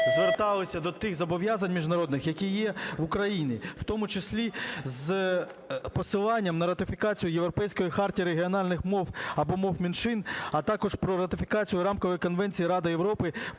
зверталися до тих зобов'язань міжнародних, які є в України, в тому числі з посиланням на ратифікацію Європейської хартії регіональних мов або мов меншин, а також про ратифікацію Рамкової конвенції Ради Європи